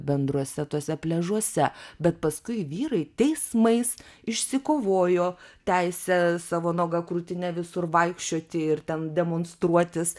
bendruose tuose pliažuose bet paskui vyrai teismais išsikovojo teisę savo nuoga krūtine visur vaikščiot ir ten demonstruotis